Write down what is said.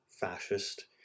fascist